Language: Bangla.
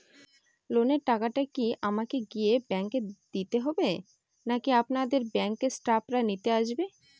লোনের টাকাটি কি আমাকে গিয়ে ব্যাংক এ দিতে হবে নাকি আপনাদের ব্যাংক এর স্টাফরা নিতে আসে?